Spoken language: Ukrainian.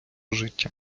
життя